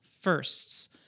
firsts